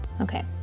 Okay